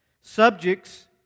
subjects